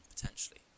potentially